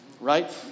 Right